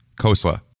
KOSLA